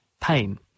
pain